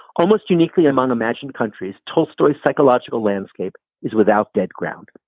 almost uniquely among imagined countries, tolstoy's psychological landscape is without dead ground.